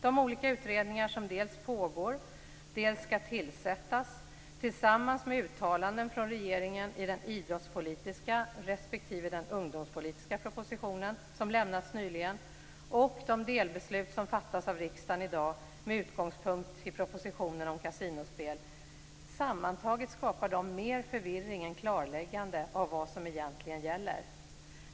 De olika utredningar som dels pågår och dels skall tillsättas, tillsammans med uttalanden från regeringen i den idrottspolitiska respektive den ungdomspolitiska proposition som lämnats nyligen, och de delbeslut som fattas av riksdagen med utgångspunkt i propositionen Kasinospel i Sverige m.m., skapar sammantaget mer förvirring än klarläggande av vad som egentligen gäller.